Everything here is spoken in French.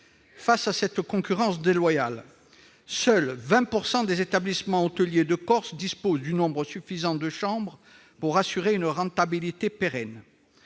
Face à cette concurrence déloyale, seuls 20 % des établissements hôteliers de Corse disposent du nombre suffisant de chambres leur assurant une rentabilité pérenne.